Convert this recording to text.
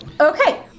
okay